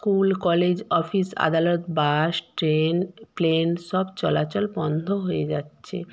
school college office আদালত bus train plane সব চলাচল বন্ধ হয়ে যাচ্ছে